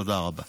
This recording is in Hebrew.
תודה רבה.